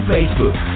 Facebook